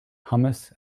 hummus